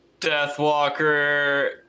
Deathwalker